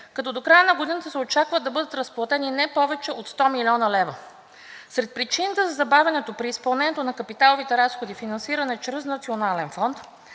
като до края а годината се очаква да бъдат разплатени не повече от 100 млн. лв. Сред причините за забавянето при изпълнението на капиталовите разходи – финансиране чрез национален фонд,